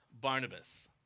Barnabas